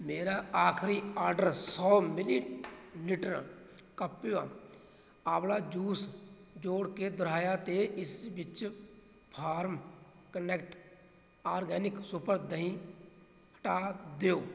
ਮੇਰਾ ਆਖਰੀ ਆਰਡਰ ਸੌ ਮਿਲੀਲੀਟਰ ਕਪਿਵਾ ਆਂਵਲਾ ਜੂਸ ਜੋੜ ਕੇ ਦੁਹਰਾਇਆ ਅਤੇ ਇਸ ਵਿੱਚ ਫਾਰਮ ਕਨੈਕਟ ਆਰਗੈਨਿਕ ਸੁਪਰ ਦਹੀਂ ਹਟਾ ਦਿਓ